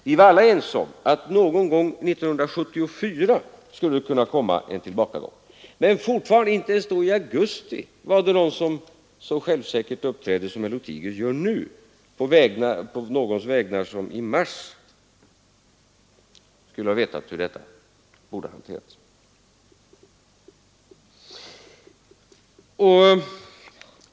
Vi var alla ense om att någon gång 1974 skulle det kunna komma en tillbakagång. Men inte ens då i augusti var det alltså någon som uppträdde så självsäkert som herr Lothigius nu gör på någons vägnar som i mars skulle ha vetat hur det hela borde hanteras.